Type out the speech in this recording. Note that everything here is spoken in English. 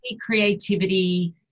creativity